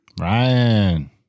Ryan